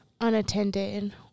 unattended